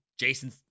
Jason